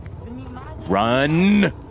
Run